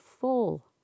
full